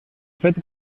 fet